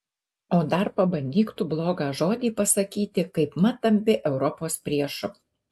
o dar pabandyk tu blogą žodį pasakyti kaipmat tampi europos priešu